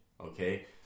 okay